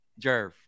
Jerv